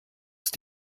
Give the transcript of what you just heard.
ist